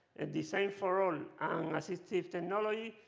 design for all and assistive technology.